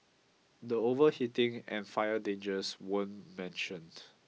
the overheating and fire dangers weren't mentioned